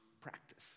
practice